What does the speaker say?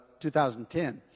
2010